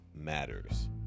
matters